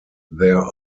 there